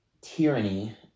tyranny